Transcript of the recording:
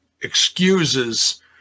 excuses